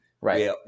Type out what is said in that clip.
right